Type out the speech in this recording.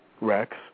Rex